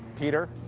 peter.